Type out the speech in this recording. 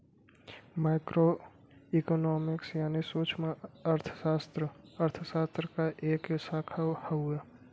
micro economics यानी सूक्ष्मअर्थशास्त्र अर्थशास्त्र क एक शाखा हउवे